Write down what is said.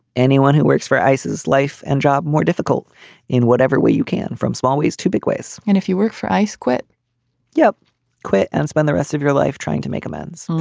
anyone who works for ice is life and job more difficult in whatever way you can from small ways to big ways. and if you work for ice quit you yeah quit and spend the rest of your life trying to make amends.